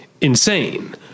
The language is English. insane